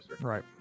right